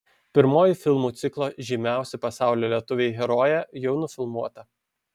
pirmoji filmų ciklo žymiausi pasaulio lietuviai herojė jau nufilmuota